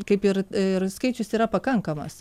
kaip ir ir skaičius yra pakankamas